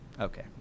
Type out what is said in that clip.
Okay